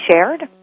shared